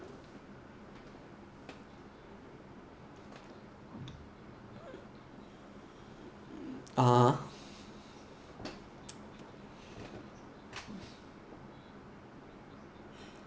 (uh huh)